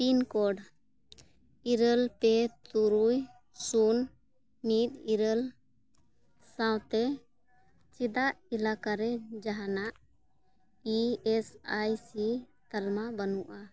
pincode ᱤᱨᱟᱹᱞ ᱯᱮ ᱛᱩᱨᱩᱭ ᱥᱩᱱ ᱢᱤᱫ ᱤᱨᱟᱹᱞ ᱥᱟᱶᱛᱮ ᱪᱮᱫᱟᱜ ᱮᱞᱟᱠᱟᱨᱮ ᱡᱟᱦᱟᱱᱟᱜ ᱤ ᱮᱥ ᱟᱭ ᱥᱤ ᱛᱟᱞᱢᱟ ᱵᱟᱹᱱᱩᱜᱼᱟ